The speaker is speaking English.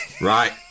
Right